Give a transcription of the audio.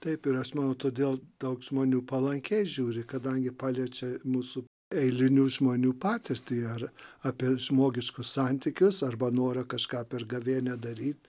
taip ir aš manau todėl daug žmonių palankiai žiūri kadangi paliečia mūsų eilinių žmonių patirtį ar apie žmogiškus santykius arba norą kažką per gavėnią daryt